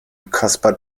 caspar